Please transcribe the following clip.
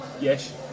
Yes